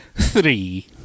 Three